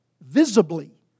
visibly